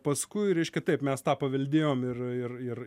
paskui reiškia taip mes tą paveldėjom ir ir ir